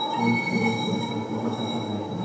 Cold storage करूचा असला तर कसा करायचा?